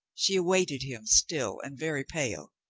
she awaited him, still and very pale.